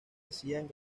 hacían